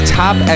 top